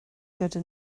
gyda